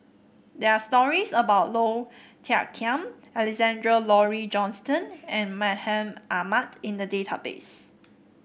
there are stories about Low Thia Khiang Alexander Laurie Johnston and Mahmud Ahmad in the database